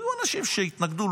והיו אנשים שהתנגדו,